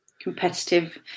Competitive